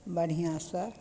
बढ़िआँसँ